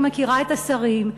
אני מכירה את השרים,